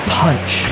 punch